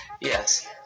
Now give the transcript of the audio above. Yes